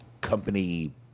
company